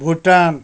Bhutan